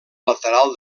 lateral